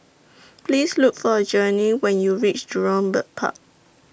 Please Look For Gurney when YOU REACH Jurong Bird Park